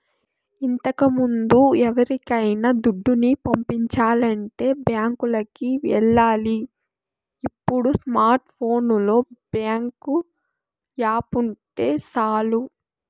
ఇంతకముందు ఎవరికైనా దుడ్డుని పంపించాలంటే బ్యాంకులికి ఎల్లాలి ఇప్పుడు స్మార్ట్ ఫోనులో బ్యేంకు యాపుంటే సాలు